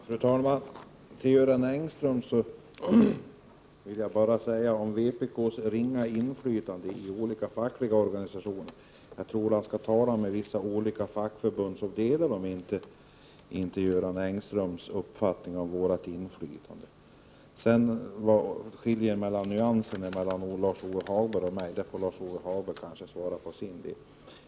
Fru talman! Göran Engström uttalar sig om vpk:s ringa inflytande i olika fackliga organisationer. Jag tycker att han skall tala med några fackförbund; då skall han få höra att de inte delar hans uppfattning om vårt inflytande. Vad som skiljer i nyanser mellan Lars-Ove Hagberg och mig får kanske Lars-Ove Hagberg ge besked om för sin del.